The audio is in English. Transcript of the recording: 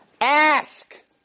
Ask